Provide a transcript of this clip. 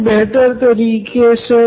हमे इसी की पड़ताल करनी होगी